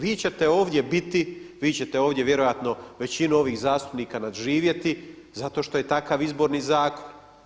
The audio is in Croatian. Vi ćete ovdje biti, vi ćete ovdje vjerojatno većinu ovih zastupnika nadživjeti zato što je takav Izborni zakon.